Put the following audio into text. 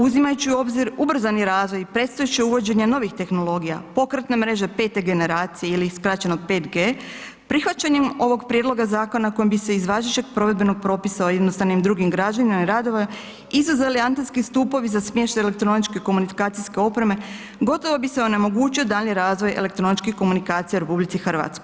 Uzimajući u obzir ubrzani razvoj i predstojeće uvođenje novi tehnologija, pokretne mreže 5. generacije ili skraćeno 5G, prihvaćenjem ovog prijedloga zakona kojim bi se iz važećeg provedbenog propisa o jednostavnim i drugim građevinama i radovima izuzeli antenski stupovi za smještaj elektroničke komunikacijske opreme, gotovo bi se onemogućio daljnji razvoj elektroničkih komunikacija u RH.